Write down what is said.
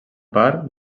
part